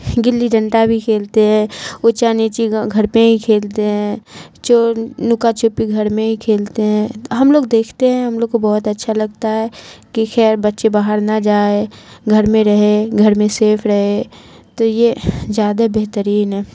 گلی ڈنٹا بھی کھیلتے ہیں اونچا نیچی گھر پہ ہی کھیلتے ہیں چور نکا چھپی گھر میں ہی کھیلتے ہیں ہم لوگ دیکھتے ہیں ہم لوگ کو بہت اچھا لگتا ہے کہ خیر بچے باہر نہ جائے گھر میں رہے گھر میں سیف رہے تو یہ زیادہ بہترین ہے